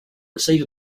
receive